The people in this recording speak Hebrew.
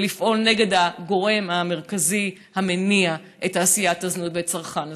ולפעול נגד הגורם המרכזי המניע את תעשיית הזנות ואת צרכן הזנות.